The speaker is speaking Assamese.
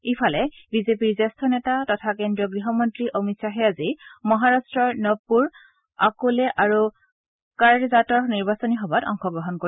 ইফালে বিজেপিৰ জ্যেষ্ঠ নেতা তথা কেন্দ্ৰীয় গৃহ মন্ত্ৰী অমিত শ্বাহে আজি মহাৰট্টৰ নৱপুৰ আকোলে আৰু কাৰজাতৰ নিৰ্বাচনী সভাত অংশগ্ৰহণ কৰিব